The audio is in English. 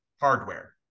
hardware